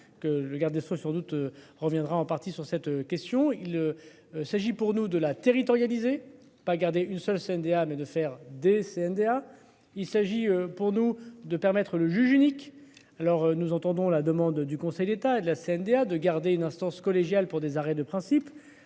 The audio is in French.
le garde des Sceaux, sans doute reviendra en partie sur cette question il. S'agit pour nous de la territorialisée pas garder une seule CNDA mais de faire des CNDA, il s'agit pour nous de permettre le juge unique. Alors, nous entendons la demande du Conseil d'État et de la CNDA de garder une instance collégiale pour des arrêts de principe.